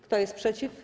Kto jest przeciw?